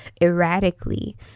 erratically